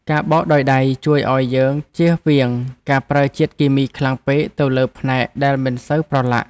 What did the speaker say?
ការបោកដោយដៃជួយឱ្យយើងចៀសវាងការប្រើជាតិគីមីខ្លាំងពេកទៅលើផ្នែកដែលមិនសូវប្រឡាក់។